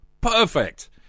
Perfect